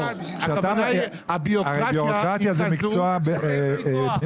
הכוונה היא שהבירוקרטיה --- בירוקרטיה זה מקצוע נפרד.